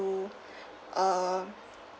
~ol uh